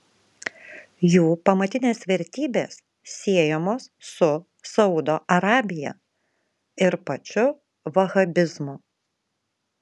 jų pamatinės vertybės siejamos su saudo arabija ir pačiu vahabizmu